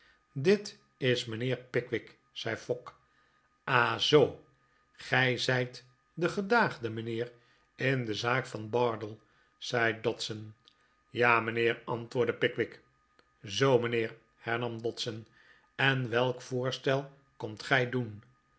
dit is mijnheer pickwick zei fogg ah zoo gij zijt de gedaagde mijnheer in de zaak van bardell zei dodson ja mijnheer antwoordde pickwick zoo mijnheer hernam dodson en welk voorstel komt gij doen